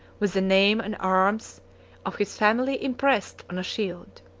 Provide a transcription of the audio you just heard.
with the name and arms of his family impressed on a shield.